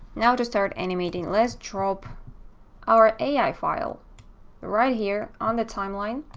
now to start animating, let's drop our ai file right here on the timeline